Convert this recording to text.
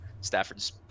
Stafford's